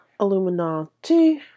Illuminati